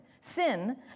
Sin